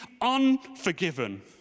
unforgiven